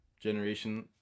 generation